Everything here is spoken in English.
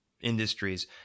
industries